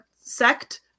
sect